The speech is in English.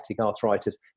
arthritis